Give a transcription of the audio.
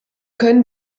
können